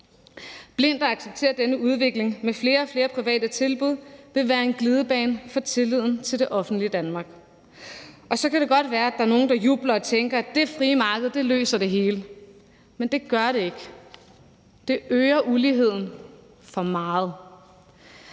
Blindt at acceptere denne udvikling med flere og flere private tilbud vil være en glidebane for tilliden til det offentlige Danmark. Så kan det godt være, at der er nogle, der jubler og tænker, at det frie marked løser det hele, men det gør det ikke. Det øger uligheden for meget.